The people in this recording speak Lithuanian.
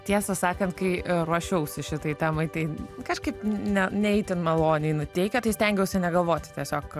tiesą sakant kai ruošiausi šitai temai tai kažkaip ne ne itin maloniai nuteikia tai stengiausi negalvoti tiesiog